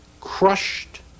crushed